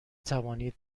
توانید